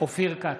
אופיר כץ,